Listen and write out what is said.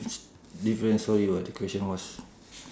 different so your the question was